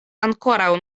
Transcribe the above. ankoraŭ